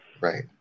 Right